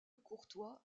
courtois